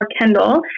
Kendall